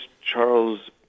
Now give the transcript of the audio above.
Charles